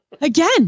Again